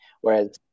whereas